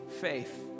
faith